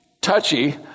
touchy